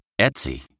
Etsy